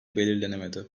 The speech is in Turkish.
belirlenemedi